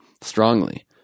strongly